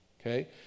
okay